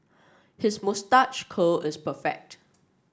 his moustache curl is perfect